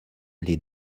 les